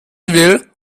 will